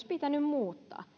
pitänyt muuttaa